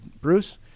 Bruce